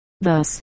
Thus